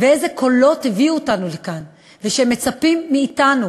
ואילו קולות הביאו אותנו לכאן, ושמצפים מאתנו